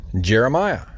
Jeremiah